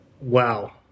Wow